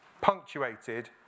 punctuated